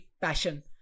passion